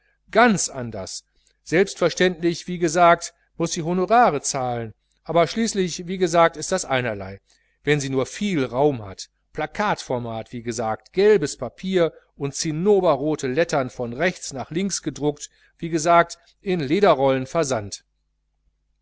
ganz anders selbstverständlich wie gesagt muß sie honorare zahlen aber schließlich wie gesagt ist das einerlei wenn sie nur viel raum hat plakatformat wie gesagt gelbes papier und zinnoberrote lettern von rechts nach links gedruckt wie gesagt in lederrollen versandt